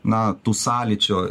na tų sąlyčio